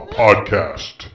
podcast